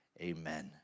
Amen